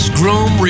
groom